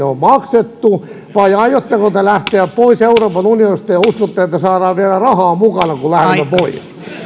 on maksettu vai aiotteko te lähteä pois euroopan unionista ja uskotte että saadaan vielä rahaa mukaan kun lähdemme pois